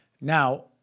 Now